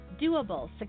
doable